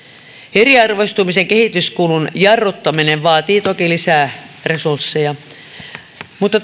eriarvoistumisen kehityskulun jarruttaminen vaatii toki lisää resursseja mutta